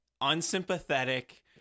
unsympathetic